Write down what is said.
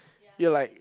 you're like